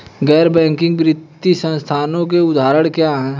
गैर बैंक वित्तीय संस्थानों के उदाहरण क्या हैं?